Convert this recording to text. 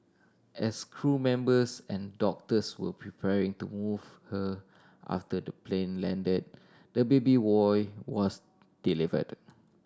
as crew members and doctors were preparing to move her after the plane landed the baby boy was delivered